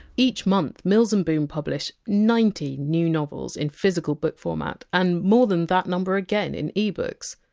each month, mills and boon publish ninety new novels in physical book format, and more than that number again in ebooks.